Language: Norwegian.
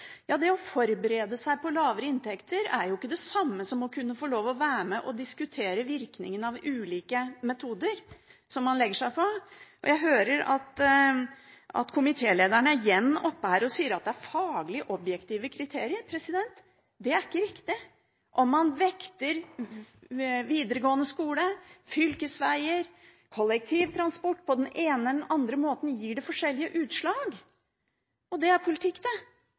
Det å forberede seg på lavere inntekter er ikke det samme som å kunne få lov å være med og diskutere virkningen av ulike metoder som man legger seg på. Jeg hører at komitélederen igjen er oppe her og sier at det er faglig objektive kriterier. Det er ikke riktig. Om man vekter videregående skole, fylkesveier, kollektivtransport på den ene eller den andre måten, gir det forskjellige utslag. Det er politikk, det